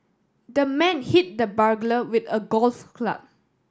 the man hit the burglar with a golf club